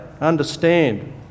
understand